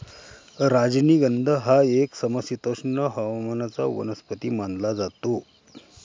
राजनिगंध हा एक समशीतोष्ण हवामानाचा वनस्पती मानला जातो